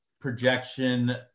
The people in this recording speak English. projection